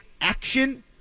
action